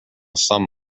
sum